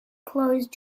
closed